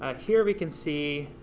ah here we can see,